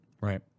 Right